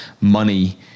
money